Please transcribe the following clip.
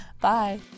Bye